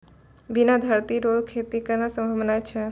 बिना धरती रो खेती करना संभव नै छै